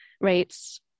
rates